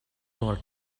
more